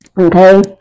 Okay